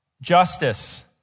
Justice